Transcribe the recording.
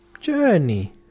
journey